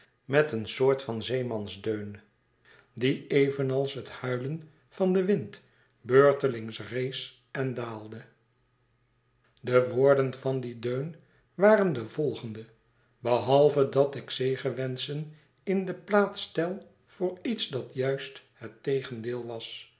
met een soort van zeemansdeun die evenals het huilen van den wind beurtelings rees eh daalde de woorden van dien deun waren de volgende behalve dat ik zegewenschen in de plaats stel voor iets dat juist het tegendeel was